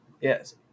Yes